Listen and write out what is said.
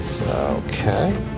Okay